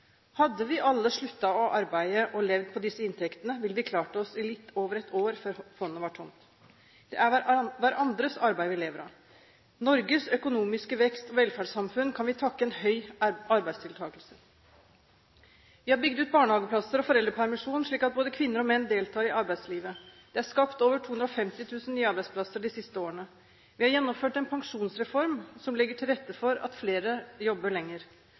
Hadde vi alle sluttet å arbeide og levd på disse inntektene, ville vi klart oss i litt over ett år før fondet var tomt. Det er hverandres arbeid vi lever av. Norges økonomiske vekst og velferdssamfunn kan vi takke en høy arbeidsdeltakelse for. Vi har bygd ut barnehageplasser og foreldrepermisjonen, slik at både kvinner og menn deltar i arbeidslivet. Det er skapt over 250 000 nye arbeidsplasser de siste årene. Vi har gjennomført en pensjonsreform som legger til rette for at flere jobber lenger.